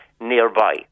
nearby